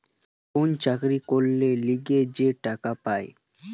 কোন চাকরি করলে তার লিগে যে টাকা পায়